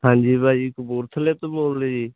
ਹਾਂਜੀ ਭਾਅ ਜੀ ਕਪੂਰਥਲੇ ਤੋਂ ਬੋਲਦੇ ਜੀ